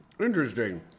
Interesting